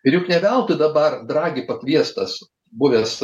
ir juk ne veltui dabar dragi pakviestas buvęs